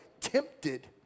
Tempted